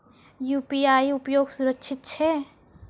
UPI उपयोग सुरक्षित छै?